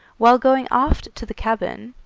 while going aft to the cabin,